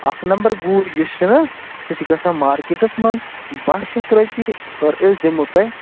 اَکھ نَمبر گوٗج یۄس چھَنہ سۄ چھِ گَژھان مارکٮ۪ٹَس منٛز بَہہ شَتھ رۄپیہِ اور أسۍ دِمو تۄہہِ